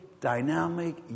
dynamic